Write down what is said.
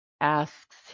asks